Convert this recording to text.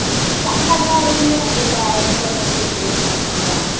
சாப்பாடெலாம் ரூம்லேயே உங்களுக்கு அரேஞ்ச் பண்ணி கொடுத்துருவோம் மேம் நாங்கள்